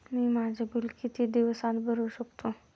मी माझे बिल किती दिवसांत भरू शकतो?